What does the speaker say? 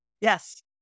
Yes